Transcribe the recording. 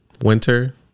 Winter